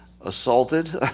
assaulted